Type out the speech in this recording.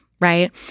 Right